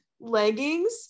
leggings